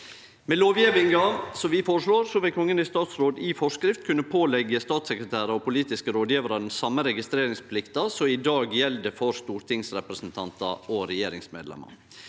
Med lovgjevinga som vi føreslår, vil Kongen i statsråd i forskrift kunne påleggje statssekretærar og politiske rådgjevarar den same registreringsplikta som i dag gjeld for stortingsrepresentantar og regjeringsmedlemer.